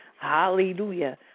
Hallelujah